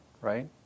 right